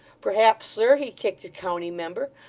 perhaps, sir, he kicked a county member,